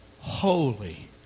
holy